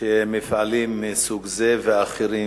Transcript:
שמפעלים מסוג זה ואחרים,